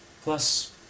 Plus